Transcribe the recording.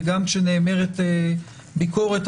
וגם כשנאמרת ביקורת,